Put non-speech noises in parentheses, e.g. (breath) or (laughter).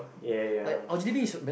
ya ya ya (breath)